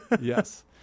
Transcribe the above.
yes